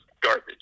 garbage